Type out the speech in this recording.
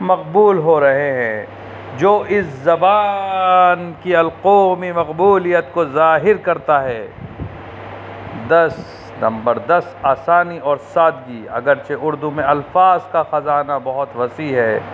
مقبول ہو رہے ہیں جو اس زبان کی القومی مقبولیت کو ظاہر کرتا ہے دس نمبر دس آسانی اور سادگی اگرچہ اردو میں الفاظ کا خزانہ بہت وسیع ہے